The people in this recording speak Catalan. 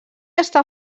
està